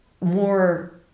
more